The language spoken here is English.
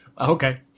Okay